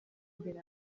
imbere